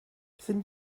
sind